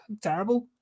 terrible